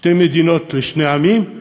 שתי מדינות לשני עמים,